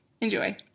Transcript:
Enjoy